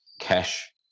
cash